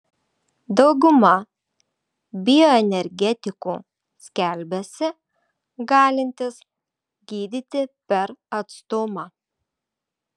dauguma bioenergetikų skelbiasi galintys gydyti per atstumą